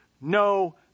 no